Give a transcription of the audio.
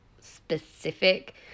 specific